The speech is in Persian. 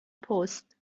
پست